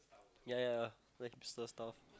ya ya like hipster stuff